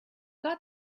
got